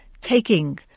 taking